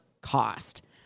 cost